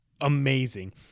amazing